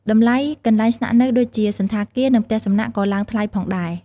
តម្លៃកន្លែងស្នាក់នៅដូចជា សណ្ឋាគារ និងផ្ទះសំណាក់ក៏ឡើងថ្លៃផងដែរ។